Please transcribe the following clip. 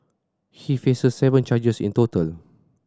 he faces seven charges in total